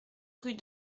rue